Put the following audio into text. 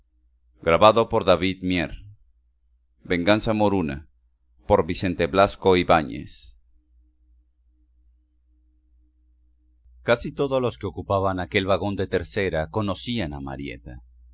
venganza moruna casi todos los que ocupaban aquel vagón de tercera conocían a marieta